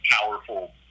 powerful